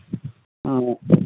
ᱦᱮᱸ